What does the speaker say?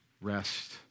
REST